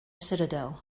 citadel